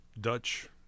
Dutch